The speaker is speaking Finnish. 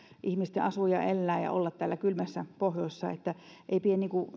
ihmisten asua ja elää ja olla täällä kylmässä pohjoisessa ei pidä